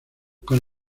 con